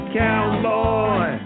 cowboy